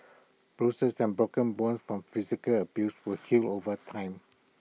bruises and broken bones from physical abuse will heal over time